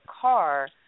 car